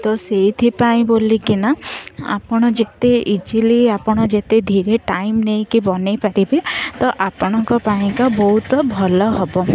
ତ ସେଇଥିପାଇଁ ବୋଲିକିନା ଆପଣ ଯେତେ ଇଜିଲି ଆପଣ ଯେତେ ଧୀରେ ଟାଇମ୍ ନେଇକି ବନେଇପାରିବେ ତ ଆପଣଙ୍କ ପାଇଁକା ବହୁତ ଭଲ ହବ